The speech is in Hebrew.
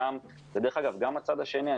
דרך אגב, גם הצד השני.